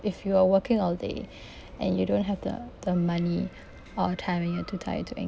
if you are working all day and you don't have the the money or time when you're too tired to